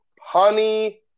honey